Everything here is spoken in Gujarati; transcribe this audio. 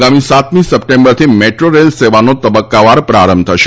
આગામી સાતમી સપ્ટેમ્બરથી મેટ્રો રેલ સેવાનો તબક્કાવાર પ્રારંભ કરાશે